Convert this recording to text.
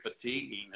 fatiguing